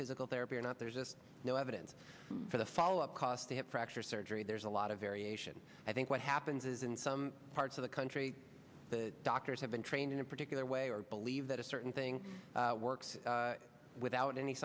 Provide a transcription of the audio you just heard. physical therapy or not there's just no evidence for the follow up cos they have fracture surgery there's a lot of variation i think what happens is in some parts of the country the doctors have been trained in a particular way or believe that a certain thing works without any